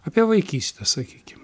apie vaikystę sakykim